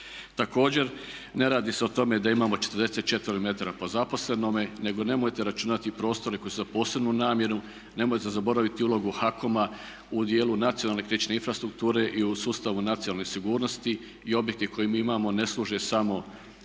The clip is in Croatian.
Također ne radi se o tome da imamo 44m po zaposlenome nego nemojte računati prostore koji su za posebnu namjenu, nemojte zaboraviti ulogu HAKOM-a u dijelu nacionalne kritične infrastrukture i u sustavu nacionalne sigurnosti. I objekti koje mi imamo ne služe samo za